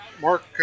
Mark